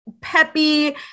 peppy